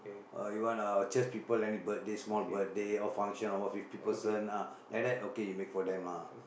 uh you want uh church people any birthday small birthday or function or what fifty person ah like that okay you make for them lah